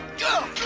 go!